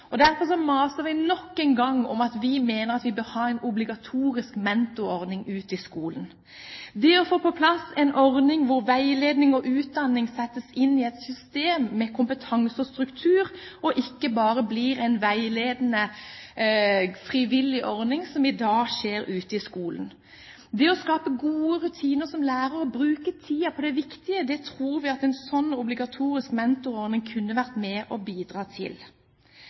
Derfor maser vi nok en gang om at vi etter vår mening bør ha en obligatorisk mentorordning ute i skolen, det å få på plass en ordning hvor veiledning og utdanning settes inn i et system med kompetanse og struktur, og ikke bare blir en veiledende, frivillig ordning, som i dag skjer ute i skolen. Det å skape gode rutiner, slik at lærere bruker tiden på det viktige, tror vi at en sånn obligatorisk mentorordning kunne vært med på å bidra til.